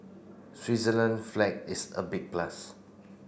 Switzerland flag is a big plus